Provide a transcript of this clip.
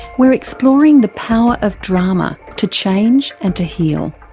we're exploring the power of drama to change and to heal.